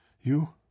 You—